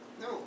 No